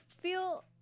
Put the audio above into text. feel